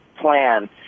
plan